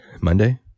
Monday